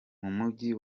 mumujyi